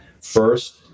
first